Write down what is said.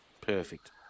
perfect